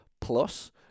plus